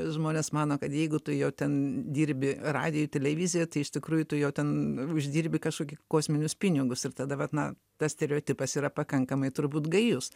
žmonės mano kad jeigu tu jau ten dirbi radijuj televizijoj tai iš tikrųjų tu jau ten uždirbi kažkokį kosminius pinigus ir tada vat na tas stereotipas yra pakankamai turbūt gajus